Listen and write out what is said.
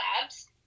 Labs